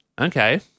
Okay